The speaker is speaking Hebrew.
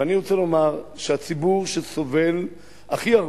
ואני רוצה לומר שהציבור שסובל הכי הרבה,